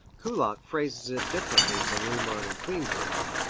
kullak phrases it differently from riemann and klindworth.